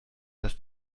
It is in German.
dass